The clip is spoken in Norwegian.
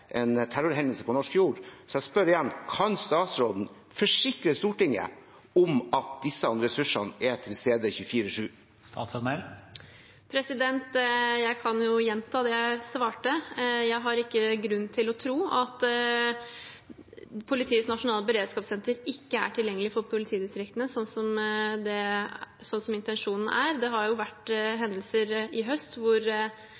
en terrorhendelse på norsk jord. Jeg spør igjen: Kan statsråden forsikre Stortinget om at disse ressursene er til stede 24-7? Jeg kan gjenta det jeg svarte. Jeg har ikke grunn til å tro at Politiets nasjonale beredskapssenter ikke er tilgjengelig for politidistriktene sånn som intensjonen er. Det har jo vært hendelser i høst hvor